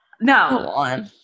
No